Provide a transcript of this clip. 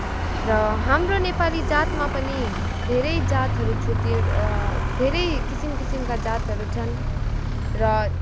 र हाम्रो नेपाली जातमा पनि धेरै जातहरू छुट्टिएर धेरै किसिम किसिमका जातहरू छन र